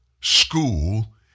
school